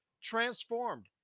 transformed